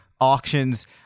auctions